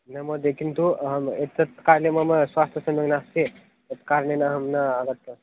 न महोदय किन्तु अहम् एतत् काले मम स्वास्थ्यः सम्यक् नास्ति तत्कारणेन अहं न आगतः